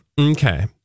okay